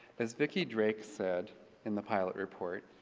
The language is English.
as vickie drake said in the pilot report,